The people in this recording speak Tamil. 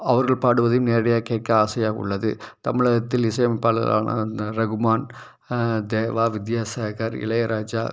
அவர்கள் பாடுவதை நேரடியாக கேட்க ஆசையாக உள்ளது தமிழகத்தில் இசை அமைப்பாளரான ரகுமான் தேவா வித்யாசாகர் இளையராஜா